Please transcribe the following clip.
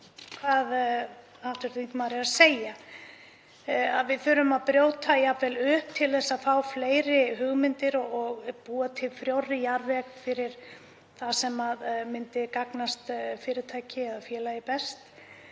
hvað hv. þingmaður er að segja, að við þurfum að brjóta hlutina upp til að fá fleiri hugmyndir og búa til frjórri jarðveg fyrir það sem myndi gagnast fyrirtæki eða félagi best.